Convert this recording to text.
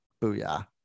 Booyah